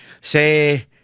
Say